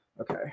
Okay